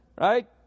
Right